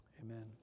amen